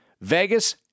Vegas